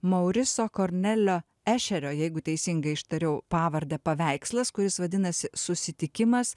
mauriso kornelio ešerio jeigu teisingai ištariau pavardę paveikslas kuris vadinasi susitikimas